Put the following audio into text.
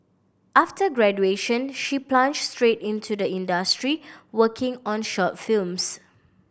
after graduation she plunged straight into the industry working on short films